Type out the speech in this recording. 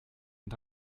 und